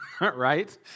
right